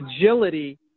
agility